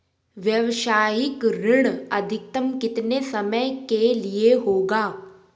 व्यावसायिक ऋण अधिकतम कितने समय के लिए होगा?